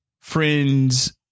friends